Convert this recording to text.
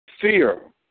Fear